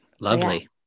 Lovely